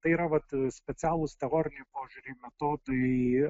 tai yra vat ir specialūs teoriai požiūriai metodai